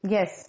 Yes